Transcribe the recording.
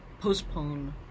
postpone